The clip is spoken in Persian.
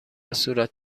صورت